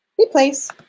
Replace